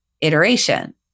iteration